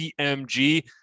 CMG